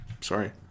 sorry